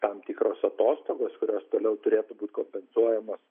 tam tikros atostogos kurios toliau turėtų būt kompensuojamos